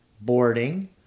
boarding